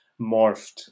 morphed